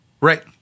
Right